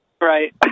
Right